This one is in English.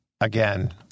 again